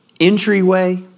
Entryway